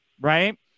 right